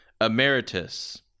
Emeritus